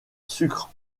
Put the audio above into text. sucres